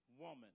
Woman